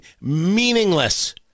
meaningless